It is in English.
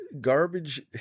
garbage